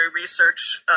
research